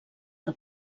que